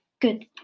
good